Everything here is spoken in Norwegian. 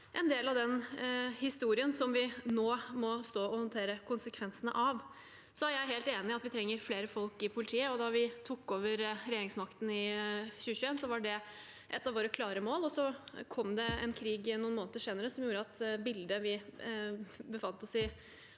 en del av den historien vi nå må stå og håndtere konsekvensene av. Jeg er helt enig i at vi trenger flere folk i politiet. Da vi tok over regjeringsmakten i 2021, var det et av våre klare mål. Så kom det en krig noen måneder senere som gjorde at bildet vi har befunnet oss i